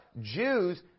Jews